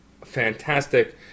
fantastic